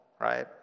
right